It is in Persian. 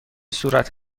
صورت